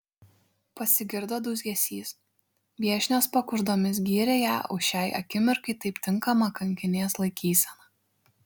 pasigirdo dūzgesys viešnios pakuždomis gyrė ją už šiai akimirkai taip tinkamą kankinės laikyseną